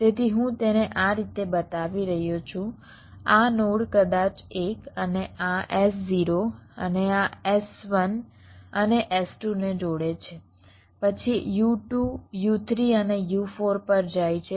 તેથી હું તેને આ રીતે બતાવી રહ્યો છું આ નોડ કદાચ 1 અને આ S0 અને આ S1 અને S2 ને જોડે છે પછી U2 U3 અને U4 પર જાય છે